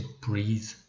breathe